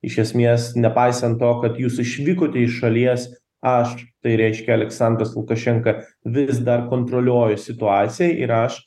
iš esmies nepaisant to kad jūs išvykote į šalies aš tai reiškia aleksandras lukašenka vis dar kontroliuoju situaciją ir aš